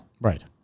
right